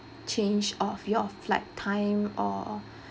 change of your flight time or